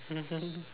mmhmm